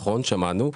שמענו,